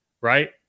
right